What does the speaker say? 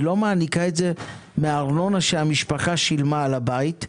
היא לא מעניקה את זה מהארנונה שהמשפחה שילמה על הבית,